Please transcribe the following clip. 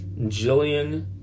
Jillian